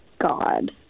God